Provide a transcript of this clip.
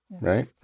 Right